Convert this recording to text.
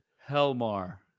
helmar